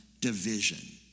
division